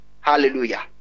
Hallelujah